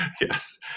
Yes